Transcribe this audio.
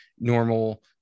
normal